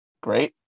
great